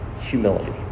humility